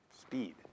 Speed